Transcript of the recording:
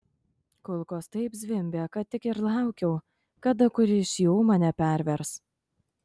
kulkos taip zvimbė kad tik ir laukiau kada kuri iš jų mane pervers